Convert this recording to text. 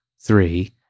three